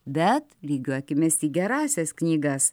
bet lygiuokimės į gerąsias knygas